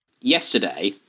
Yesterday